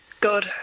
Good